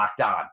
LOCKEDON